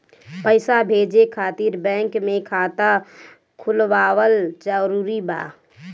पईसा भेजे खातिर बैंक मे खाता खुलवाअल जरूरी बा?